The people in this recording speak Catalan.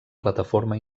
plataforma